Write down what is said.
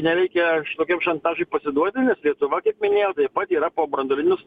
neveikia šitokiam šantažui pasiduoti nes lietuva kaip minėjau taip pat yra po branduolinius